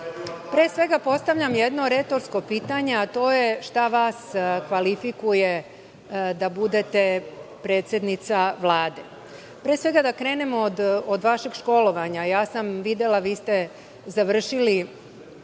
svega, postavljam jedno retorsko pitanje, a to je šta vas kvalifikuje da budete predsednica Vlade? Pre svega, da krenemo od vašeg školovanja. Videla sam, vi ste završili